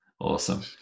Awesome